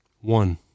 one